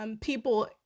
people